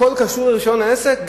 הכול קשור לרשיון העסק?